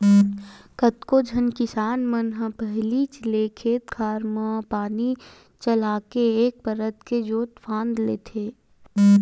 कतको झन किसान मन ह पहिलीच ले खेत खार मन म पानी चलाके एक परत के जोंत फांद लेथे